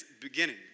beginning